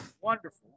Wonderful